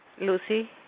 Lucy